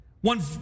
One